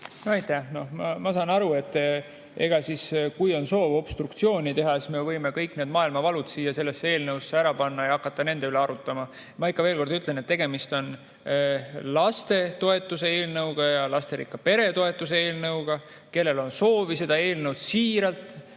Ma saan aru, et kui on soov obstruktsiooni teha, siis me võime kõik need maailmavalud siia eelnõusse kirja panna ja hakata nende üle arutama. Ma ikka veel kord ütlen, et tegemist on lastetoetuse eelnõuga ja lasterikka pere toetuse eelnõuga. Kellel on siiras soov seda eelnõu